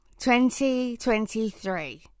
2023